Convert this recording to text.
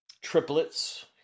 triplets